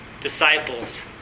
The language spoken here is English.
Disciples